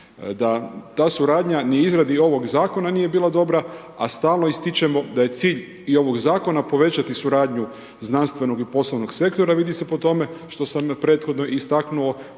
Ta suradnja ni izradi ovog zakona nije bila dobra, a stalno ističemo da je cilj i ovog zakona povećati suradnju znanstvenog i poslovnog sektora. Vidi se po tome što sam prethodno istaknuo